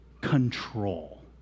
control